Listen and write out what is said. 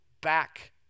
back